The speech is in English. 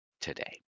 today